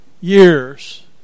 years